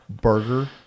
burger